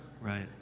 Right